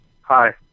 Hi